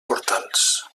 portals